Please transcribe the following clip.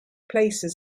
places